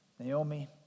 Naomi